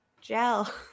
gel